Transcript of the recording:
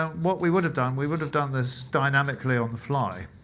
um what we would have done, we would have done this dynamically on the fly.